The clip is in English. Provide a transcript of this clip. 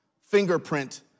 fingerprint